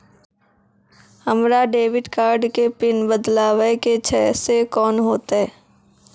हमरा debit card के PIN बदलबावै के छैं से कौन होतै?